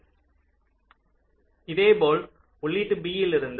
மேலும் இதேபோல் உள்ளீட்டு b ல் இருந்து